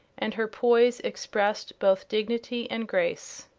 and her poise expressed both dignity and grace.